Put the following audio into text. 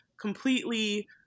completely